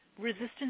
resistance